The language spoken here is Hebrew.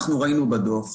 אנחנו ראינו בדוח,